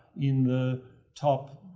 in the top,